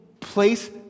place